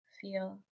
feel